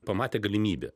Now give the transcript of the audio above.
pamatė galimybę